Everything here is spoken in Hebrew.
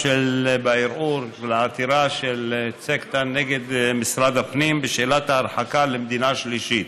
בערעור לעתירה של צגטה נגד משרד הפנים בשאלת ההרחקה למדינה שלישית.